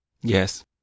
Yes